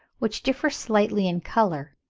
which differ slightly in colour,